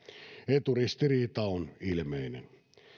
eturistiriita on ilmeinen